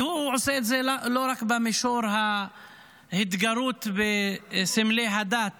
והוא עושה את זה לא רק במישור ההתגרות בסמלי הדת